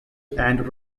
and